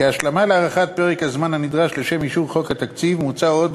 כהשלמה להארכת פרק הזמן הנדרש לשם אישור חוק התקציב מוצע עוד,